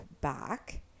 back